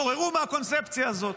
התעוררו מהקונספציה הזאת.